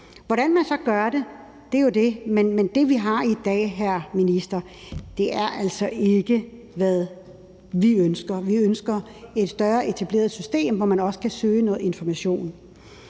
Hvordan man så gør det, er jo det, der er spørgsmålet, men det, vi har i dag, hr. minister, er altså ikke, hvad vi ønsker. Vi ønsker et større etableret system, hvor man også kan søge noget information.